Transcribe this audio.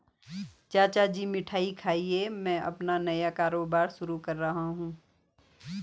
चाचा जी मिठाई खाइए मैं अपना नया कारोबार शुरू कर रहा हूं